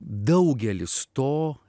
daugelis to